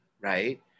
right